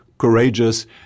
courageous